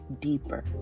deeper